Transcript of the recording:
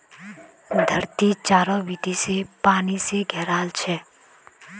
धरती चारों बीती स पानी स घेराल छेक